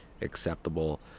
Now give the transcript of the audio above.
acceptable